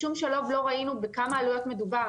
בשום שלב לא ראינו בכמה עלויות מדובר.